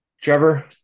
Trevor